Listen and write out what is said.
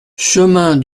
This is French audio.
chemin